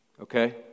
Okay